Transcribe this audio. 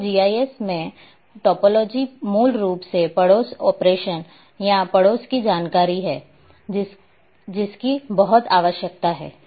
तो जीआईएस में टोपोलॉजी मूल रूप से पड़ोस ऑपरेशन या पड़ोस की जानकारी है जिसकी बहुत आवश्यकता है